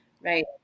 Right